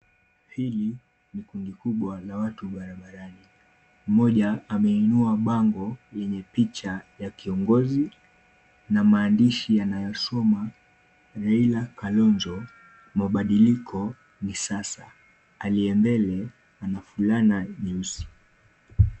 Hili ni kundi kubwa la watu barabarani, mmoja ameinua bango yenye picha ya kiongozi na maandishi yanayosoma Raila Kalonzo mabadiliko ni sasa, aliye mbele ana fulana nyeusi.